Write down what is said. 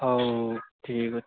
ହଉ ଠିକ୍ ଅଛି